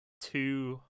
two